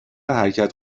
حرکت